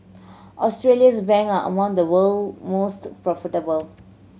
Australia's bank are among the world most profitable